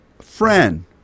Friend